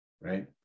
Right